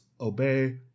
obey